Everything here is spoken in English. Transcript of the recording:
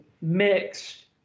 mixed